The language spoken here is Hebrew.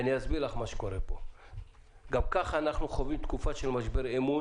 גם ככה אנחנו חווים תקופה של משבר אמון